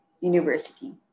university